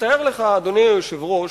תאר לך, אדוני היושב-ראש,